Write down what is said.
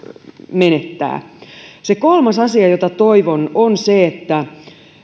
menettää se kolmas asia jota toivon on se että